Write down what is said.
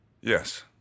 Yes